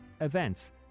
events